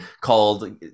called